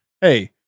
Hey